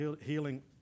healing